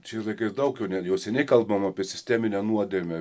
šiais laikais daug jau jau seniai kalbama apie sisteminę nuodėmę